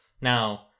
Now